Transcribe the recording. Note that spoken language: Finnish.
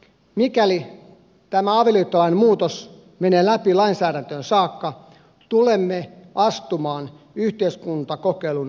mikäli tämä avioliittolain muutos menee läpi lainsäädäntöön saakka tulemme astumaan yhteiskuntakokeilun aikakauteen